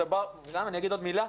אני אגיד עוד מילה,